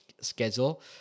schedule